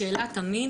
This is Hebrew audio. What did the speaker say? השאלה תמיד,